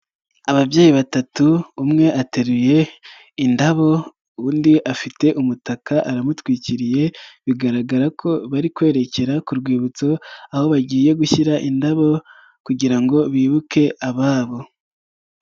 Ababyeyi batatu, umwe ateruye indabo, undi afite umutaka aramutwikiriye, bigaragara ko bari kwerekera ku rwibutso, aho bagiye gushyira indabo kugira ngo bibuke ababo.